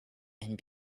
and